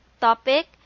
topic